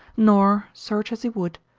nor, search as he would,